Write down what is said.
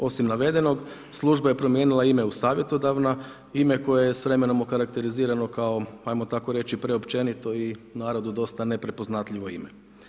Osim navedenog, služba je promijenila ime u savjetodavna, ime koje je s vremenom okarakterizirano kao hajmo tako reći preopćenito i narodu dosta neprepoznatljivo ime.